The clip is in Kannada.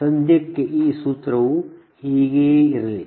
ಸದ್ಯಕ್ಕೆ ಈ ಸೂತ್ರವು ಹೀಗೆಯೇ ಇರಲಿ